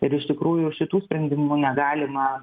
ir iš tikrųjų šitų sprendimų negalima